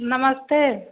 नमस्ते